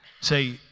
say